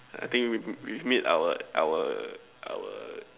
I think we we've made our our our